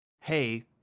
hey